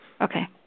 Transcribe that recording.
Okay